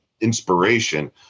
inspiration